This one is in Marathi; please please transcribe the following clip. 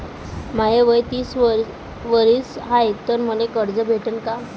माय वय तीस वरीस हाय तर मले कर्ज भेटन का?